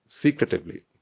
secretively